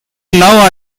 now